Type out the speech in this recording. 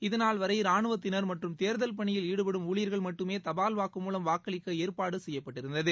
இதநாள் வரை ராணுவத்தினர் மற்றும் தேர்தல் பணியில் ஈடுபடும் ஊழியர்கள் மட்டுமே தபால் வாக்கு மூலம் வாக்களிக்க ஏற்பாடு செய்யப்பட்டிருந்தது